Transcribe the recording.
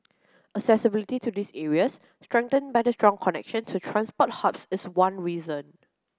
accessibility to these areas strengthened by the strong connection to transport hubs is one reason